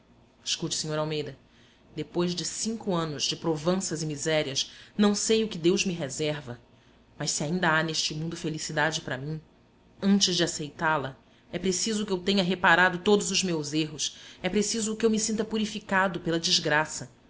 escute sr almeida depois de cinco anos de provanças e misérias não sei o que deus me reserva mas se ainda há neste mundo felicidade para mim antes de aceitá la é preciso que eu tenha reparado todos os meus erros é preciso que eu me sinta purificado pela desgraça